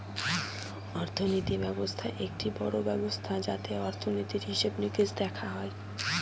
অর্থনীতি ব্যবস্থা একটি বড়ো ব্যবস্থা যাতে অর্থনীতির, হিসেবে নিকেশ দেখা হয়